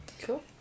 Cool